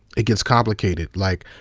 it gets complicated. like,